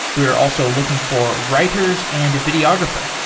we are also looking for writers and a videographer.